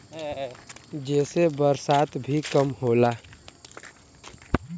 जेसे बरसात भी कम होला